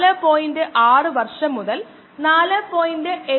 അതും 50 degree C യും അതുപോലെ 60 ഡിഗ്രി സിയും ആയി താരതമ്യം ചെയുമ്പോൾ